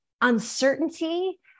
uncertainty